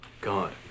God